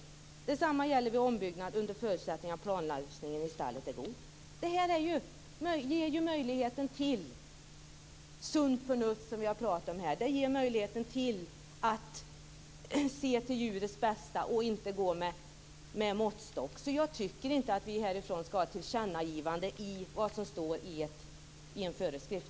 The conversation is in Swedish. Detsamma gäller vid ombyggnad under förutsättning att planlösningen i stallet är god. Detta ger en möjlighet att släppa fram det sunda förnuftet, som vi har pratat om. Det ger en möjlighet att se till djurens bästa och slippa använda måttstock. Jag tycker inte att vi härifrån skall göra ett tillkännagivande om vad som står i en föreskrift.